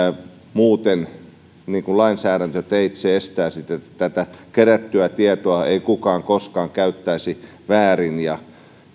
lainsäädäntöteitse estää että tätä kerättyä tietoa ei kukaan koskaan käyttäisi väärin ja